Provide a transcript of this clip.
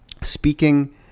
speaking